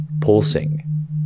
pulsing